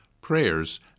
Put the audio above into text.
prayers